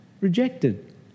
rejected